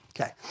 Okay